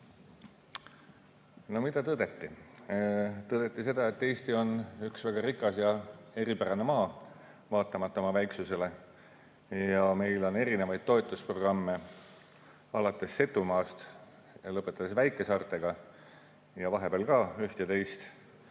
Lember. Mida tõdeti? Tõdeti seda, et Eesti on üks väga rikas ja eripärane maa, vaatamata oma väiksusele, ja meil on erinevaid toetusprogramme, alates Setumaast ja lõpetades väikesaartega, vahepeal on nii üht kui ka teist.